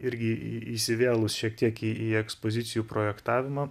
irgi į į įsivėlus šiek tiek į į ekspozicijų projektavimą